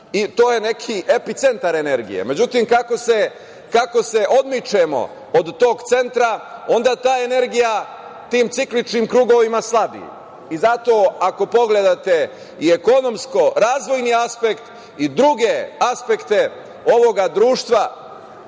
i to je neki epicentar energije. Međutim, kako se odmičemo od tog centra, onda ta energija tim cikličnim krugovima slabi. Zato, ako pogledate i ekonomsko-razvojni aspekt i druge aspekte ovog društva,